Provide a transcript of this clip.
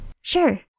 Sure